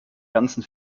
ganzen